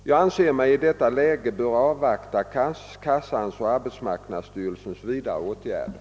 Jag anser mig i detta läge böra avvakta kassans och arbetsmarknadsstyrelsens vidare åtgärder.